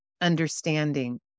understanding